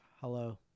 Hello